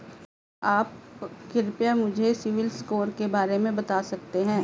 क्या आप कृपया मुझे सिबिल स्कोर के बारे में बता सकते हैं?